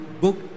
book